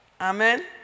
Amen